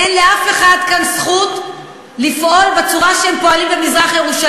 אין לאף אחד כאן זכות לפעול בצורה שהם פועלים במזרח-ירושלים.